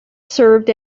served